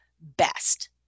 best